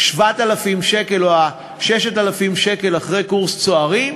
או לשווק גז טבעי.